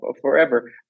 forever